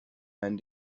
and